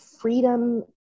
freedom